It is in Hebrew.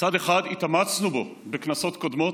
צד אחד, התאמנו בו בכנסות קודמות,